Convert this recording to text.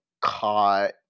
caught